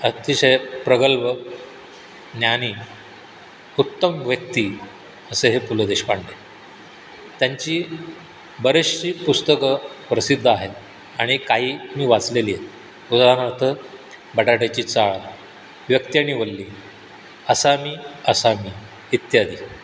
अतिशय प्रगल्भ ज्ञानी उत्तम व्यक्ती असे हे पु ल देशपांडे त्यांची बरीचशी पुस्तकं प्रसिद्ध आहेत आणि काही मी वाचलेली आहेत उदाहरणार्थ बटाट्याची चाळ व्यक्ती आणि वल्ली असामी असामी इत्यादी